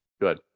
good